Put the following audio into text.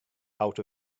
out